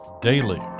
Daily